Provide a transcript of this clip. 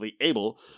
able